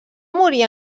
morir